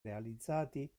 realizzati